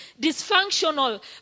dysfunctional